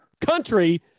country